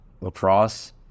lacrosse